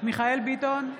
מיכאל מרדכי ביטון,